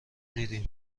دیدیم